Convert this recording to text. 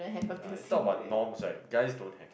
uh you talk about norms right guys don't have